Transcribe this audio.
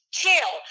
chill